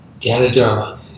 ganoderma